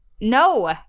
No